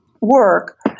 work